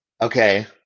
Okay